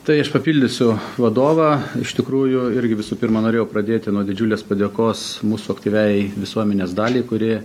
tai aš papildysiu vadovą iš tikrųjų irgi visų pirma norėjau pradėti nuo didžiulės padėkos mūsų aktyviajai visuomenės daliai kuri